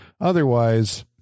otherwise